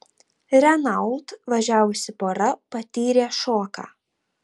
renault važiavusi pora patyrė šoką